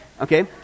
Okay